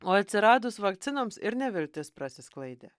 o atsiradus vakcinoms ir neviltis prasisklaidė